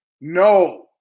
No